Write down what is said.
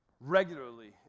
regularly